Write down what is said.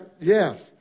yes